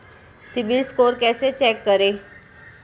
CIBIL score कैसे check करें?